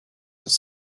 dans